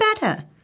better